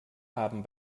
haben